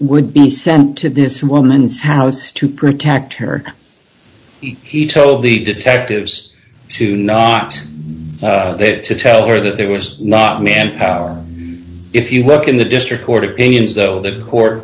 would be sent to this woman's house to protect her he told the detectives to not to tell her that there was not manpower if you look in the district court opinions though